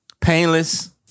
painless